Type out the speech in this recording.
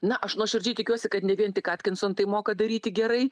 na aš nuoširdžiai tikiuosi kad ne vien tik atkinson tai moka daryti gerai